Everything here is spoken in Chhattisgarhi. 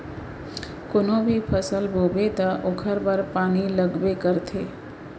कोनो भी फसल बोबे त ओखर बर पानी लगबे करथे